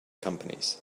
companies